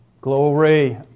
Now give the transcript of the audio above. Glory